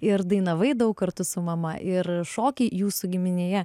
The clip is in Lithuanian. ir dainavai daug kartu su mama ir šokiai jūsų giminėje